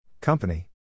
Company